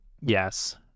yes